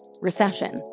recession